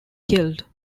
killed